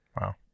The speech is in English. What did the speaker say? Wow